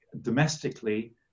domestically